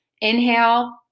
Inhale